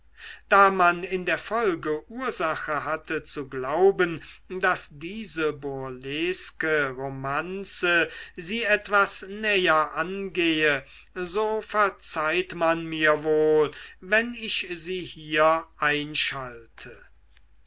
da man in der folge ursache hatte zu glauben daß diese burleske romanze sie etwas näher angehe so verzeiht man mir wohl wenn ich sie hier einschalte